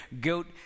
Guilt